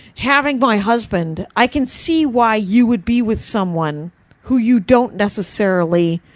having my husband, i can see why you would be with someone who you don't necessarily,